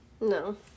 No